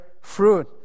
fruit